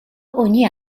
ogni